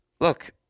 look